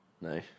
No